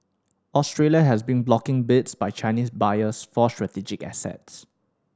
Australia has been blocking bids by Chinese buyers for strategic assets